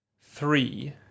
three